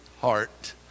heart